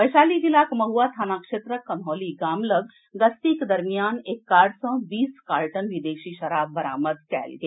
वैशाली जिलाक महुआ थाना क्षेत्रक कन्हौली गाम लऽग गश्तक दरमियान एक कार सॅ बीस कार्टन विदेशी शराब बरामद कएल गेल